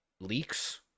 leaks